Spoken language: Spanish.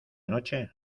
noche